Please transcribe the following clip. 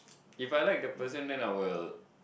if I like the person then I will